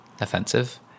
Offensive